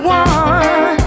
one